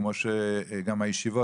כמו שגם הישיבות,